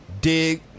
Dig